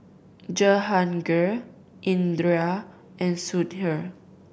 Jehangirr Indira and Sudhir